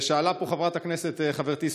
שאלה פה חברת הכנסת חברתי סויד,